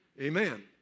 Amen